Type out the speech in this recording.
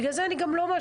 בגלל זה אני לא מאשימה,